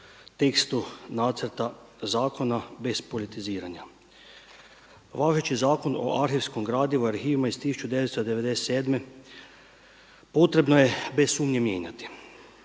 tekstu nacrta zakona bez politiziranja. Važeći Zakon o arhivskom gradivu i arhivima iz 1997. potrebno je bez sumnje mijenjati,